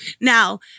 Now